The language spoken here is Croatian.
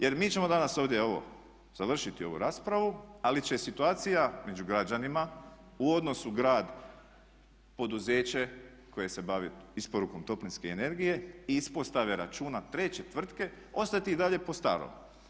Jer mi ćemo danas ovdje evo završiti ovu raspravu, ali će situacija među građanima u odnosu grad, poduzeće koje se bavi isporukom toplinske energije, ispostave računa treće tvrtke ostati i dalje po starom.